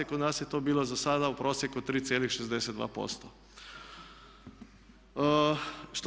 Kod nas je to bilo za sada u prosjeku 3,62%